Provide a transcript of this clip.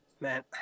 Man